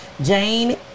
Jane